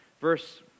verse